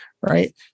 right